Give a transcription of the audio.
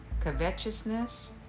covetousness